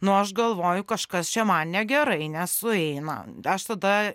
nu aš galvoju kažkas čia man negerai nesueina aš tada